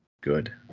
Good